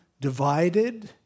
divided